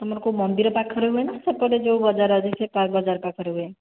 ତୁମର କେଉଁ ମନ୍ଦିର ପାଖରେ ହୁଏ ନା ସେପଟେ ଯେଉଁ ବଜାର ଅଛି ସେପାଖ ବଜାର ପାଖରେ ହୁଏ